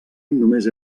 només